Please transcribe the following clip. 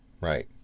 right